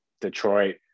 Detroit